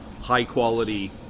high-quality